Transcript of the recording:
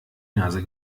nase